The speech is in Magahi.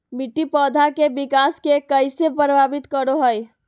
मिट्टी पौधा के विकास के कइसे प्रभावित करो हइ?